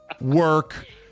work